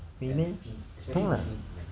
really meh no lah